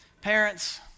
parents